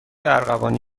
ارغوانی